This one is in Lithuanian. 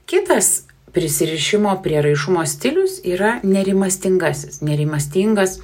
kitas prisirišimo prieraišumo stilius yra nerimastingasis nerimastingas